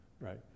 right